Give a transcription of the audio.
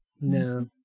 No